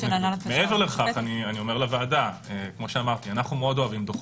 - אנחנו מאוד אוהב דוחות.